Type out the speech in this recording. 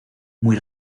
muy